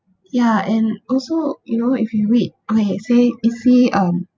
ya and also you know if you read I've said is he um